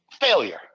Failure